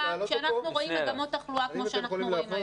כשאנחנו רואים מגמות תחלואה כמו שאנחנו רואים.